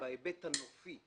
מתייחסת להיבט הנופי,